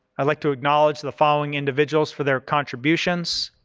i'd like to acknowledge the following individuals for their contributions,